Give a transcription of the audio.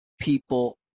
people